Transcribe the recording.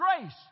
grace